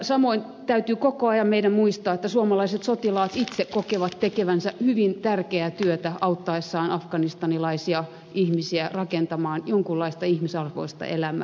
samoin täytyy koko ajan meidän muistaa että suomalaiset sotilaat itse kokevat tekevänsä hyvin tärkeää työtä auttaessaan afganistanilaisia rakentamaan jonkinlaista ihmisarvoista elämää